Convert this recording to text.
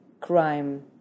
crime